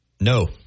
No